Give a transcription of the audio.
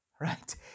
right